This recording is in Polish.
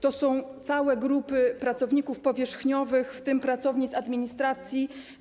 To są całe grupy pracowników powierzchniowych, w tym pracownic administracji.